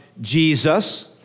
Jesus